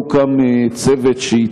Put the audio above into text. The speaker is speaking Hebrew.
אני נותן לכל אחד שתי